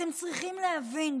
אתם צריכים להבין,